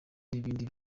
n’ibindi